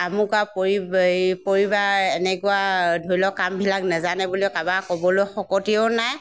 আমুকাৰ পৰি এই পৰিবাৰে এনেকুৱা ধৰি লওক কামবিলাক নেজানে বুলি কাৰোবাক ক'বলৈ শকতিও নাই